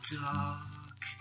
dark